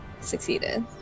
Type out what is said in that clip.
succeeded